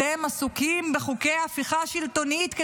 אתם עסוקים בחוקי ההפיכה השלטונית.